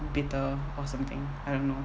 bitter or something I don't know